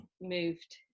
moved